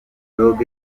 dogg